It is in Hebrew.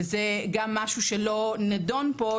וזה גם משהו שלא נידון פה,